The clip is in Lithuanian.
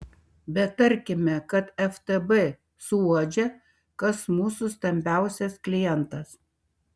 bet tarkime kad ftb suuodžia kas mūsų stambiausias klientas